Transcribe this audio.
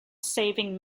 saving